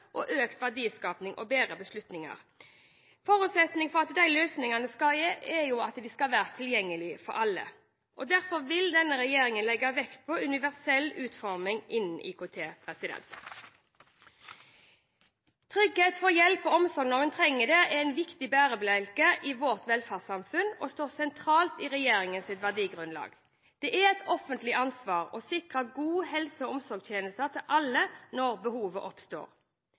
økt verdiskaping og bedre beslutninger. Forutsetningen for løsningene er at de skal være tilgjengelige for alle, og derfor vil denne regjeringen legge vekt på universell utforming innen IKT. Trygghet for hjelp og omsorg når en trenger det, er en viktig bærebjelke i vårt velferdssamfunn, og det står sentralt i regjeringens verdigrunnlag. Det er et offentlig ansvar å sikre gode helse- og omsorgstjenester til alle når behovet oppstår.